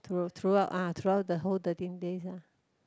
through throughout ah throughout the whole thirteen days uh